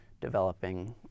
developing